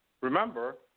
Remember